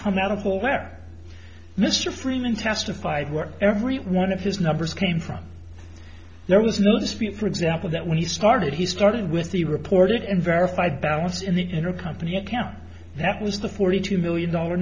come out of nowhere mr freeman testified work every one of his numbers came from there was no dispute for example that when he started he started with the reported and verified balance in the intercompany account that was the forty two million dollar